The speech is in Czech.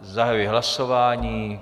Zahajuji hlasování.